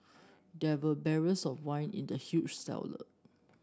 there were barrels of wine in the huge cellar